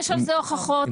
יש לזה הוכחות,